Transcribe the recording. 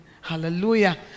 hallelujah